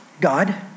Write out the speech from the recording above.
God